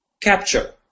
capture